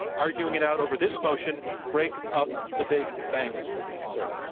arguing it out over this motion break up the big banks. sir.